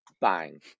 bang